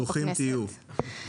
ברוכים הבאים.